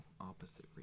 opposite